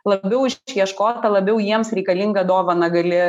labiau išieškotą labiau jiems reikalingą dovaną gali